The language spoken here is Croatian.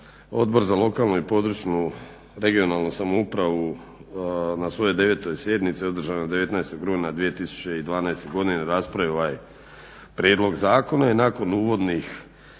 Odbor za lokalnu i područnu (regionalnu) samoupravu na svojoj 9. sjednici održanoj 19. rujna održanoj 19. rujna 2012. godine raspravila je prijedlog zakona i nakon uvodnih